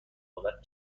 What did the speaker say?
موافقت